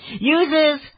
uses